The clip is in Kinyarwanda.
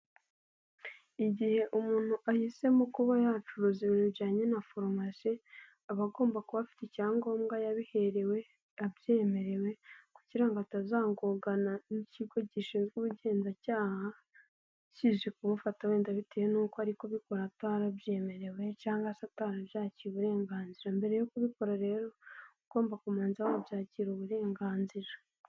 Igihe umuntu ahisemo kuba yacuruza ibintu bijyanye na farumasi aba agomba kuba afite icyangombwa yabiherewe abyemerewe kugira ngo atazagongana n'ikigo gishinzwe ubugenzacyaha kije kumufata wenda bitewe nuko ari kubikora atarabyemerewe cyangwa sa atarabyakira uburenganzira, mbere yo kubikora rero ugomba kubanza wabyakira uburenganzira.